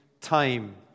time